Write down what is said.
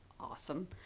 awesome